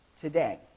today